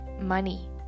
money